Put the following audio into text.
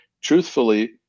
truthfully